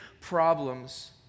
problems